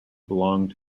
belonged